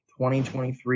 2023